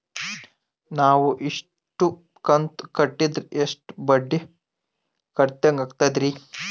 ನಾವು ಇಷ್ಟು ಕಂತು ಕಟ್ಟೀದ್ರ ಎಷ್ಟು ಬಡ್ಡೀ ಕಟ್ಟಿದಂಗಾಗ್ತದ್ರೀ?